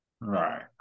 Right